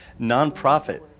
nonprofit